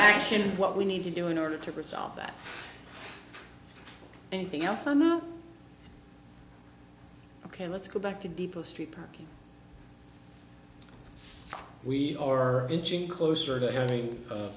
into what we need to do in order to resolve that anything else ok let's go back to depot street parking we or inching closer to having a